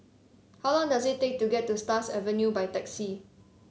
how long does it take to get to Stars Avenue by taxi